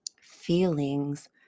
Feelings